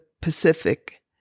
Pacific